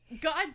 God